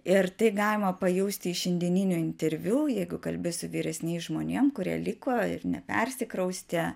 ir tai galima pajausti iš šiandieninių interviu jeigu kalbi su vyresniais žmonėm kurie liko ir nepersikraustė